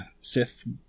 Sith